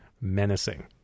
menacing